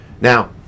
Now